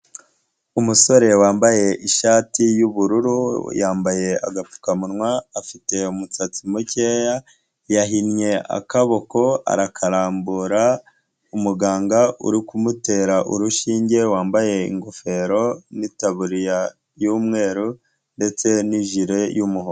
Umusore wambaye ishati y'ubururu, yambaye agapfukamunwa, afite umusatsi mukeya, yahinnye akaboko arakarambura, umuganga uri kumutera urushinge wambaye ingofero n'itaburiya y'umweru ndetse n'ijire y'umuhondo.